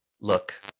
look